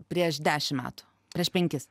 prieš dešim metų prieš penkis